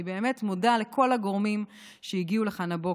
אני באמת מודה לכל הגורמים שהגיעו לכאן הבוקר.